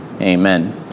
Amen